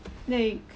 like